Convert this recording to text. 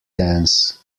dance